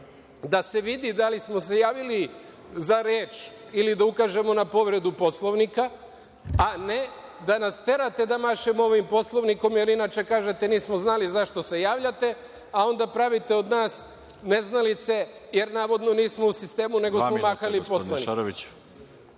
da se vidi da li smo se javili za reč ili da ukažemo na povredu Poslovnika, a ne da nas terate da mašemo ovim Poslovnikom, jer inače kažete – nismo znali zašto se javljate, a onda pravite od nas neznalice jer navodno nismo u sistemu, nego smo mahali Poslovnikom.